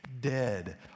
Dead